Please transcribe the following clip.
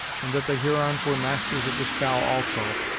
and that the hurons were masters of the scow also,